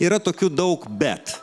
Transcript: yra tokių daug bet